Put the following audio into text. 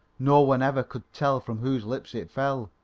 no one ever could tell from whose lips it fell